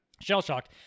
Shell-shocked